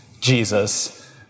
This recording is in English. Jesus